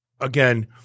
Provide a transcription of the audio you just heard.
again